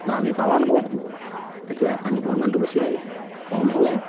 বা আমি পালন কৰোঁ তেতিয়া পানী পৰিমাণটো বেছি লাগে কম হ'লে